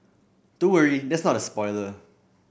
don't worry that's not a spoiler